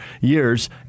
years